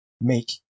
make